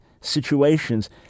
situations—